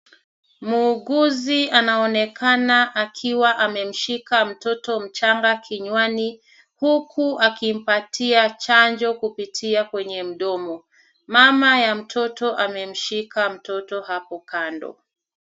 Muuguzi anaonekana akiwa amemshika mtoto mchanga kinywani, huku akimpatia chanjo kupitia kwenye mdomo. Mama ya mtoto amemshika mtoto hapo kando.